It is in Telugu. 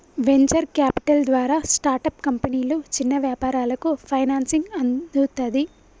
వెంచర్ క్యాపిటల్ ద్వారా స్టార్టప్ కంపెనీలు, చిన్న వ్యాపారాలకు ఫైనాన్సింగ్ అందుతది